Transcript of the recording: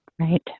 Right